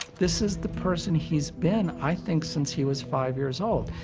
this is the person he's been, i think, since he was five years old.